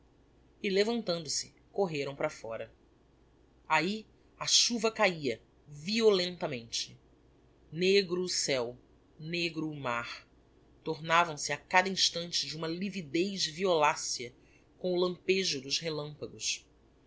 e levantando-se correram para fóra ahi a chuva caía violentamente negro o ceu negro o mar tornavam se a cada instante d'uma lividez violacea com o lampejo dos relampagos